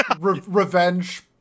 revenge